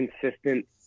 consistent